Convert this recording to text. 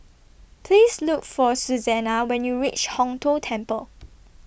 Please Look For Susanna when YOU REACH Hong Tho Temple